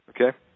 okay